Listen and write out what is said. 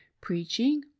preaching